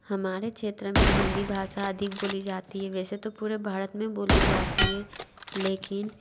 हमारे छेत्र में हिन्दी भाषा अधिक बोली जाती है वैसे तो पूरे भारत में बोली जाती है लेकिन